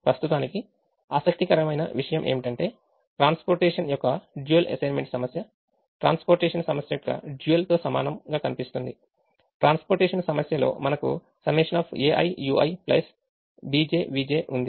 ప్రస్తుతానికి ఆసక్తికరమైన విషయం ఏమిటంటే transportation యొక్క dual అసైన్మెంట్ సమస్య transportation సమస్య యొక్క dual తో సమానంగా కనిపిస్తుంది ట్రాన్స్పోర్టేషన్ సమస్యలో మనకు Σaiui bjvj ఉంది